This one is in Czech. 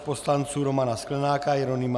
Návrh poslanců Romana Sklenáka, Jeronýma